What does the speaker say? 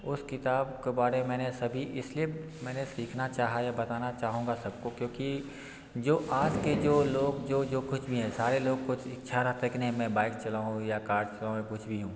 उस किताब के बारे मैंने सभी इस लिए मैंने सीखना चाहा या बताना चाहूँगा सब को क्योंकि जो आज के जो लोग जो जो कुछ भी है सारे लोग को इच्छा रहता है कि नहीं मैं बाइक चलाऊँ या कार चलाऊँ या कुछ भी हूँ